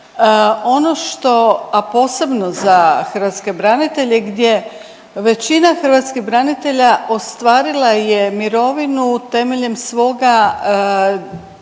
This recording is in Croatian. Ono što, a posebno za hrvatske branitelje gdje većina hrvatskih branitelja ostvarila je mirovinu temeljem svoga